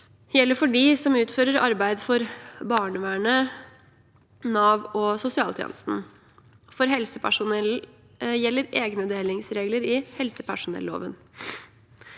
gjelder for dem som utfører arbeid for barnevernet, Nav og sosialtjenesten. For helsepersonell gjelder egne delingsregler i helsepersonelloven.